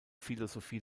philosophie